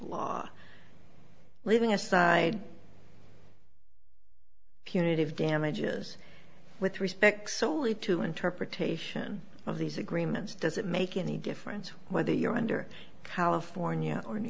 law leaving aside punitive damages with respect solely to interpretation of these agreements does it make any difference whether you're under california or new